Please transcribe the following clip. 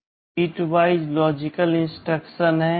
कुछ bitwise logic instruction हैं